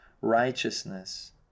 righteousness